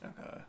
Okay